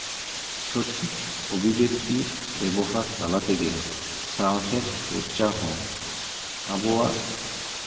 ᱥᱚᱴᱷᱤᱠ ᱚᱵᱷᱤᱵᱮᱠᱛᱤ ᱵᱮᱵᱚᱦᱟᱨ ᱛᱟᱞᱟ ᱛᱮᱜᱮ ᱥᱟᱶᱦᱮᱫ ᱪᱚᱨᱪᱟ ᱦᱚᱸ ᱟᱵᱚᱣᱟᱜ